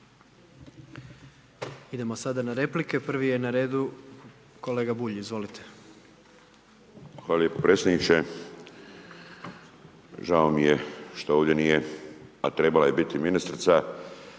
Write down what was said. Idemo sada na replike. Prvi je na redu kolega Bulj, izvolite. **Bulj, Miro (MOST)** Hvala lijepo predsjedniče. Žao mi je što ovdje nije a trebala je biti ministrica